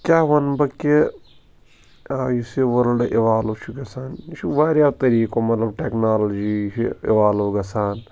کیاہ وَنہٕ بہٕ کہِ یُس یہِ ؤرٕلڈٕ اِوالو چھُ گَژھان یہِ چھُ وارِیاہو طٔریٖقو مطلب ٹٮ۪کنالجی ہِو اِولو گَژھان